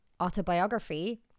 autobiography